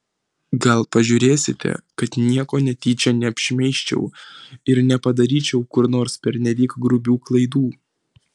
gal pažiūrėsite kad nieko netyčia neapšmeižčiau ir nepadaryčiau kur nors pernelyg grubių klaidų